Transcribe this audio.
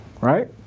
Right